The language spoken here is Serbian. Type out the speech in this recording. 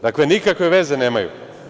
Dakle, nikakve veze nemaju.